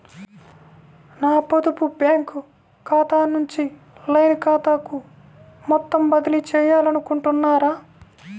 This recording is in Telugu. నా పొదుపు బ్యాంకు ఖాతా నుంచి లైన్ ఖాతాకు మొత్తం బదిలీ చేయాలనుకుంటున్నారా?